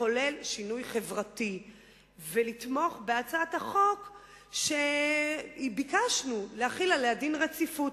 לחולל שינוי חברתי ולתמוך בהצעת החוק שביקשנו להחיל עליה דין רציפות.